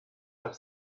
have